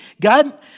God